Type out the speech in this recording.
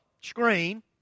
screen